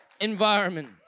environment